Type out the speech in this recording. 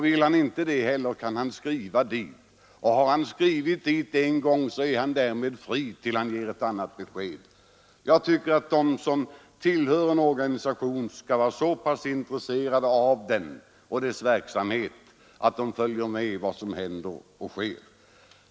Vill han inte det heller kan han skriva dit, och har han skrivit en gång är han därmed fri tills han ger ett annat besked. Jag tycker att de som tillhör en organisation skall vara så pass intresserade av den och dess verksamhet att de följer med vad som händer och sker.